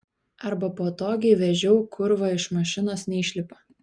arba po to gi vežiau kurva iš mašinos neišlipa